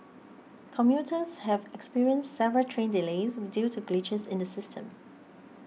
commuters have experienced several train delays due to glitches in the system